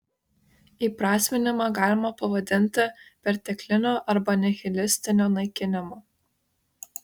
įprasminimą galima pavadinti pertekliniu arba nihilistiniu naikinimu